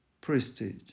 Prestige